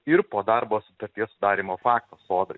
ir po darbo sutarties sudarymo fakto sodrai